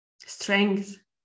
strength